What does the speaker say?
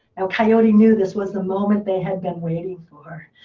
now coyote knew this was the moment they had been waiting for.